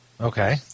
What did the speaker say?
Okay